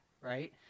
right